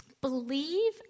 Believe